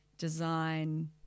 design